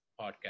podcast